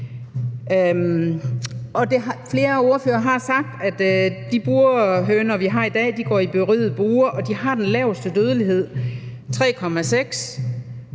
flere ordførere har sagt, at de burhøner, vi har i dag, går i berigede bure, og de har den laveste dødelighed – 3,6